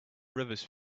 rivers